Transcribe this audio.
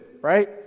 right